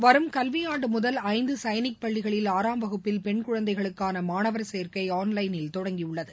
வரும் கல்வியாண்டு முதல் ஐந்து சைனிக் பள்ளிகளில் ஆறாம் வகுப்பில் பெண் குழந்தைகளுக்கான மாணவர் சேர்க்கை ஆன்லைனில் தொடங்கியுள்ளது